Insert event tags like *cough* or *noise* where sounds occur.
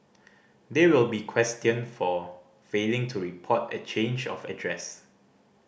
they will be *unintelligible* for failing to report a change of address